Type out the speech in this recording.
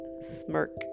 smirk